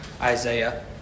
Isaiah